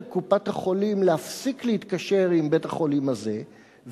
קופת-החולים להפסיק להתקשר עם בית-החולים הזה,